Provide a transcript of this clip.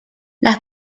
las